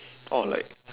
orh like